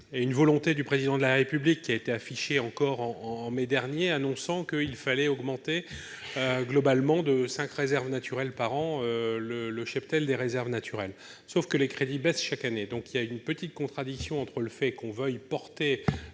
et une volonté du président de la République qui a été affiché encore en en mai dernier, annonçant qu'il fallait augmenter globalement de 5 réserves naturelles par an le le cheptel des réserves naturelles, sauf que les crédits baissent chaque année, donc il y a une petite contradiction entre le fait qu'on veuille porter